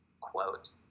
quote